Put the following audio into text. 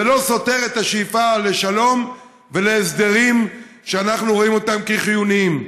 זה לא סותר את השאיפה לשלום ולהסדרים שאנחנו רואים אותם כחיוניים.